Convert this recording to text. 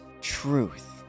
truth